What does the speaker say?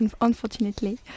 unfortunately